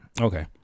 Okay